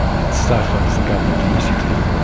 it started off as a government initiative,